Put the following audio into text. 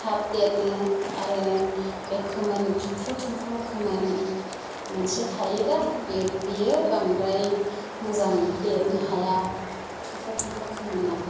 थाब देरो आरो बे खोमोन थुमफ्रु थुमफ्रु खोमोन मोनसे थायो दा बेयो बांद्राय मोजां देरनो हाया थुमफ्रु थुमफ्रु खोमोना